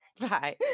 Bye